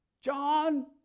John